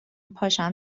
پاشم